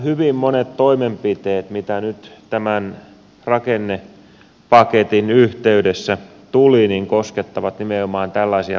hyvin monet toimenpiteet mitä nyt tämän rakennepaketin yhteydessä tuli koskettavat nimenomaan tällaisia perheitä